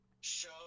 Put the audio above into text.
show